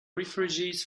refugees